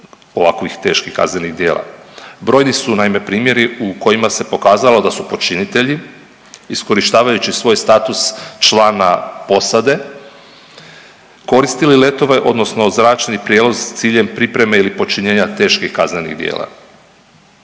ovakvih teških kaznenih djela. Brojni su naime primjeri u kojima se pokazalo da su počinitelji iskorištavajući svoj status člana posade koristili letove odnosno zračni prijevoz s ciljem pripreme ili počinjena teških kaznenih djela.